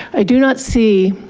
i do not see